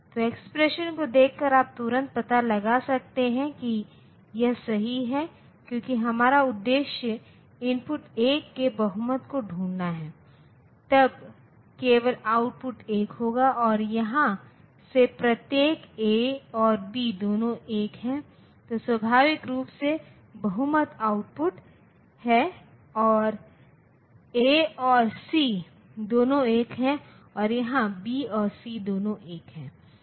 तो एक्सप्रेशन को देखकर आप तुरंत पता लगा सकते हैं कि यह सही है क्योंकि हमारा उद्देश्य इनपुट 1 के बहुमत को ढूंढना है तब केवल आउटपुट 1 होगा और यहां से प्रत्येक ए और बी दोनों 1 हैं तो स्वाभाविक रूप से बहुमत आउटपुट है और ए और सी दोनों 1 हैं और यहां बी और सी दोनों 1 हैं